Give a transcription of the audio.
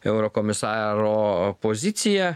eurokomisaro poziciją